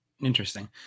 Interesting